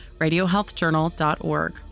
radiohealthjournal.org